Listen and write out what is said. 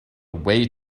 way